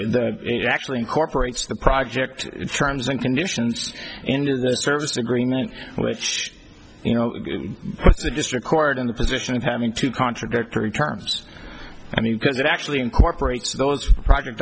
s actually incorporates the project terms and conditions into the service agreement which you know puts the district court in the position of having two contradictory terms i mean because it actually incorporates those project